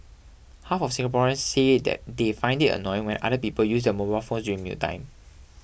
half of Singaporeans say that they find it annoying when other people use their mobile phone during mealtime